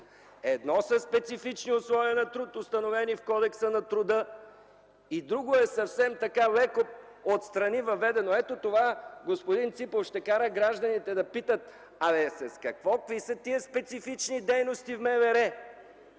Едно са специфични условия на труд, установени в Кодекса на труда, съвсем друго е така леко отстрани въведено, ето така... Господин Ципов ще кара гражданите да питат: „Какви са тези специфични дейности в МВР?